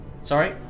sorry